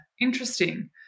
interesting